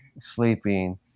sleeping